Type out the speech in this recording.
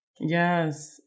yes